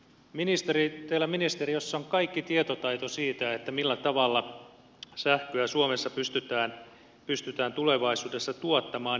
ministeri teillä ministeriössä on kaikki tietotaito siitä millä tavalla sähköä suomessa pystytään tulevaisuudessa tuottamaan